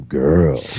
girl